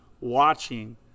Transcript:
watching